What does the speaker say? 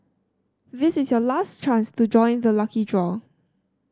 this is your last chance to join the lucky draw